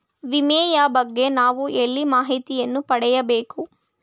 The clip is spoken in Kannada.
ವಿಮೆಯ ಬಗ್ಗೆ ನಾವು ಎಲ್ಲಿ ಮಾಹಿತಿಯನ್ನು ಪಡೆಯಬೇಕು?